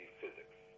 physics